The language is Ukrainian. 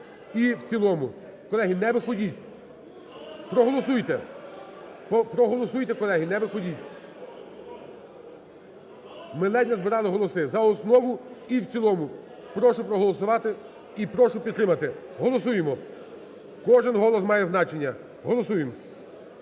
і в цілому. Колеги, не виходіть, проголосуйте. Проголосуйте, колеги. Не виходіть. Ми ледь назбирали голоси. За основу і в цілому. Прошу проголосувати. І прошу підтримати. Голосуємо. Кожен голос має значення. Голосуємо.